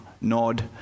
nod